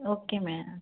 okay ma'am